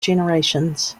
generations